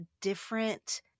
different